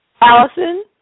Allison